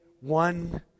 one